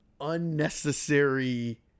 unnecessary